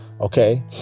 okay